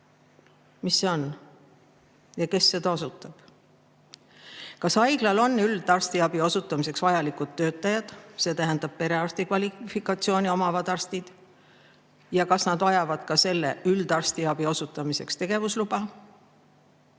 Mis see on ja kes seda osutab? Kas haiglal on üldarstiabi osutamiseks vajalikud töötajad, see tähendab perearsti kvalifikatsiooni omavad arstid? Kas nad vajavad üldarstiabi osutamiseks ka tegevusluba?